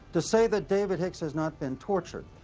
to say that david hicks has not been tortured,